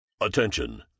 Attention